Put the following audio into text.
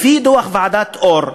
לפי דוח ועדת אור,